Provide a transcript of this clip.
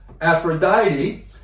Aphrodite